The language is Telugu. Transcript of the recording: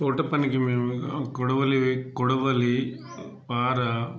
తోటపనికి మేము కొడవలి కొడవలి పార